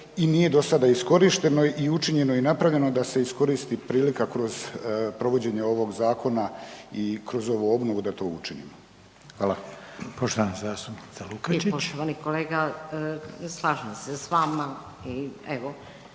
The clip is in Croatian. i nije do sada iskorišteno i učinjeno i napravljeno da se iskoristi prilika kroz provođenje ovog zakona i kroz ovu obnovu da to učinimo. Hvala. **Reiner, Željko